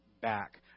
back